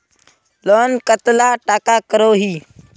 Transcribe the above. Loan कतला टाका करोही?